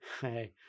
hey